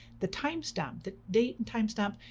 the timestamp, the date and timestamp,